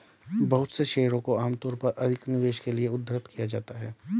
बहुत से शेयरों को आमतौर पर अधिक निवेश के लिये उद्धृत किया जाता है